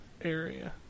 area